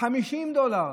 50 דולר.